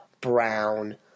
Brown